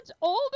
older